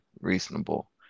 reasonable